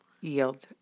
yield